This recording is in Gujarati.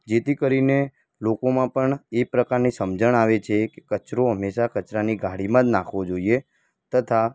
જેથી કરીને લોકોમાં પણ એ પ્રકારની સમજણ આવે છે કે કચરો હંમેશા કચરાની ગાડીમાં જ નાખવો જોઇએ તથા